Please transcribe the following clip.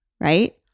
right